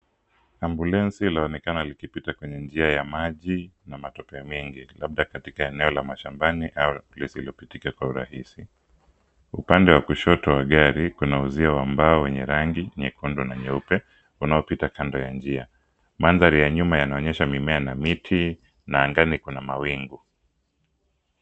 Ambulensi laonekana likipita kwenye njia ya maji na matope mengi, labda katika eneo la mashambani au lisilopitika kwa urahisi. Upande wa kushoto wa gari, kuna uzio wa mbao wenye rangi nyekundu na nyeupe unaopita kando ya njia. Mandhari ya nyuma yanaonyesha mimea na miti na angani kuna mawingu.